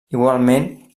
igualment